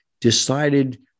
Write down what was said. decided